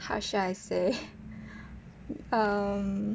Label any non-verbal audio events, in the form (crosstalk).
how should I say (laughs) um